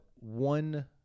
One